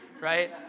right